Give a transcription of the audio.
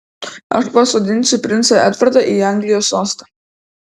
aš pasodinsiu princą edvardą į anglijos sostą